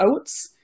oats